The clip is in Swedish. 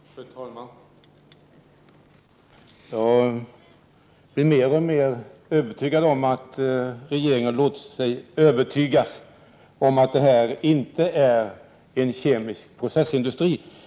Fru talman! Jag blir mer och mer säker på att regeringen har låtit sig övertygas om att det här inte är en kemisk processindustri.